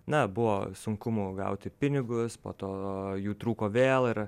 na buvo sunkumų gauti pinigus po to jų trūko vėl ir